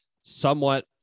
somewhat